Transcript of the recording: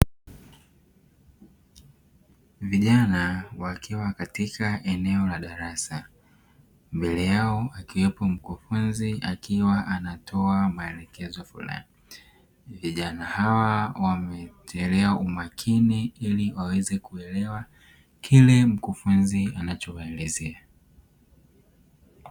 Vijana wakiwa katika eneo la darasa mbele yao akiwepo mkufunzi akiwa anatoa maelekezo fulani, vijana hawa wameekelea umakini ili waweze kuelewa kile mkufunzi anachowaelezea.